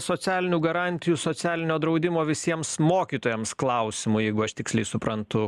socialinių garantijų socialinio draudimo visiems mokytojams klausimo jeigu aš tiksliai suprantu